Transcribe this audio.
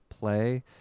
play